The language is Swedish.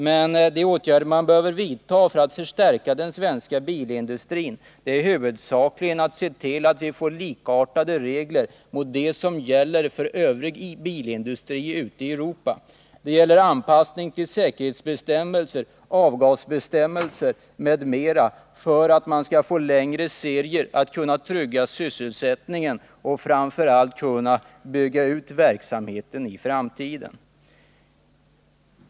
Men de åtgärder man behöver vidta för att förstärka den svenska bilindustrin är huvudsakligen att se till att få likartade regler jämfört med dem som gäller för övriga bilindustrier ute i Europa. Det gäller anpassning till säkerhetsbestämmelser, avgasbestämmelser m.m. för att få längre serier för att kunna trygga sysselsättningen och framför allt kunna bygga ut verksamheten i framtiden.